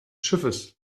schiffes